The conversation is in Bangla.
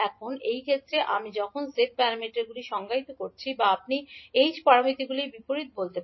এখন এই ক্ষেত্রে আপনি যখন z প্যারামিটারগুলি সংজ্ঞায়িত করছেন বা আপনি h প্যারামিটারগুলির বিপরীত বলতে পারেন